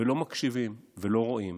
ולא מקשיבים ולא רואים